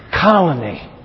colony